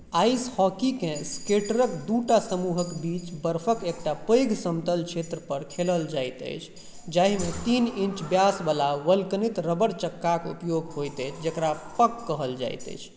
ice हॉकीकेँ स्केटरक दूटा समूहक बीच बर्फक एकटा पैघ समतल क्षेत्रपर खेलल जाइत अछि जाहिमे तीन इंच व्यासवला वल्कनित रबर चक्काक उपयोग होइत अछि जकरा पक कहल जाइत अछि